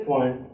one